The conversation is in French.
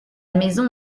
maison